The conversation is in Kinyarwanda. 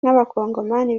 n’abakongomani